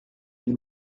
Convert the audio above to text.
qui